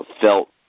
felt